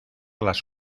las